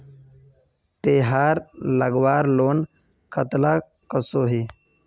तेहार लगवार लोन कतला कसोही?